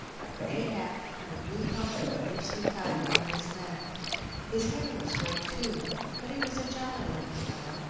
a gray hat, and a blue comforter loosely tied round his neck his hair was gray, too but he was a jolly-looking fellow,